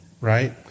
right